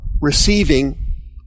receiving